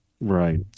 Right